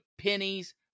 pennies